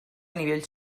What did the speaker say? nivell